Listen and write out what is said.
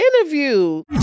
interview